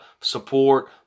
support